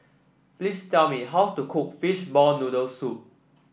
please tell me how to cook Fishball Noodle Soup